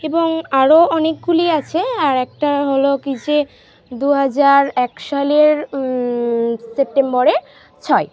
এবং আরও অনেকগুলি আছে আর একটা হল কি যে দু হাজার এক সালের সেপ্টেম্বরে ছয়